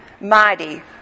mighty